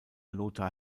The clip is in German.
lothar